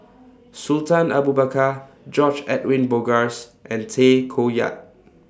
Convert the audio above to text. Sultan Abu Bakar George Edwin Bogaars and Tay Koh Yat